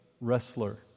wrestler